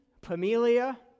Pamelia